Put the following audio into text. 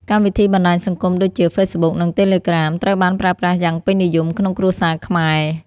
កម្មវិធីបណ្ដាញសង្គមដូចជា Facebook និង Telegram ត្រូវបានប្រើប្រាស់យ៉ាងពេញនិយមក្នុងគ្រួសារខ្មែរ។